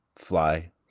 Fly